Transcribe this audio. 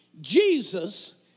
Jesus